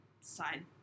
side